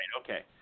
Okay